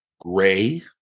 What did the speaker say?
gray